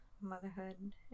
motherhood